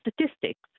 statistics